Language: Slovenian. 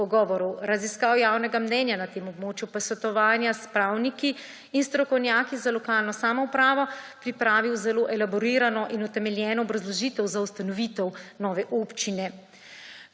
pogovorov, raziskav javnega mnenja na tem območju, posvetovanja s pravniki in strokovnjaki za lokalno samoupravo pripravil zelo elaborirano in utemeljeno obrazložitev za ustanovitev nove občine.